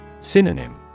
Synonym